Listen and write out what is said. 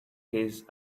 his